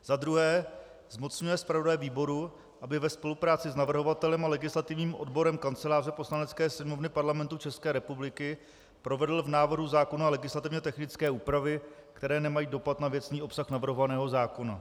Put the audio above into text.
II. zmocňuje zpravodaje výboru, aby ve spolupráci s navrhovatelem a legislativním odborem kanceláře Poslanecké sněmovny Parlamentu České republiky provedl v návrhu zákona legislativně technické úpravy, které nemají dopad na věcný obsah navrhovaného zákona;